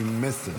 עם מסר.